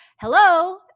Hello